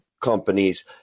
companies